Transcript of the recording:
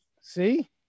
See